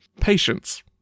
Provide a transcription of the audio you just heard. Patience